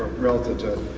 relative to